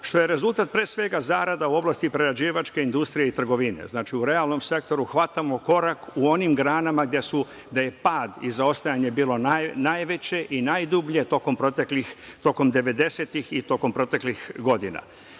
što je rezultat pre svega zarada u oblasti prerađivačke industrije i trgovine. Znači, u realnom sektoru hvatamo korak u onim granama gde je pad i zaostajanje bilo najveće i najdublje tokom devedesetih i tokom proteklih godina.